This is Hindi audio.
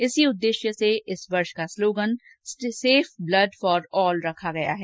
इसी उद्देश्य से इस वर्ष का slogan safe blood for all रखा गया है